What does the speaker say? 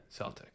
Celtics